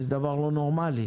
זה דבר לא נורמלי.